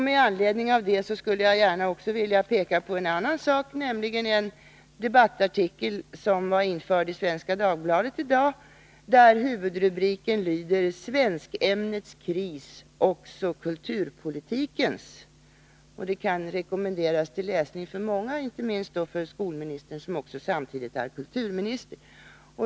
Med anledning härav skulle jag gärna vilja peka på en annan sak, nämligen en debattartikel av Rolf Söderlund införd i Svenska Dagbladet i dag, där huvudrubriken lyder: Svenskämnets kris är också kulturpolitikens. Den artikeln kan rekommenderas till läsning för många, inte minst för skolministern som samtidigt är kulturminister.